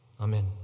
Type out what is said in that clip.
Amen